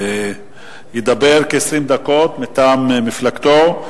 ידבר כ-20 דקות מטעם מפלגתו.